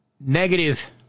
negative